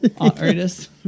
artist